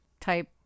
type